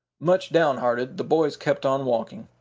much downhearted the boys kept on walking.